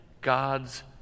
God's